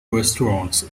restaurants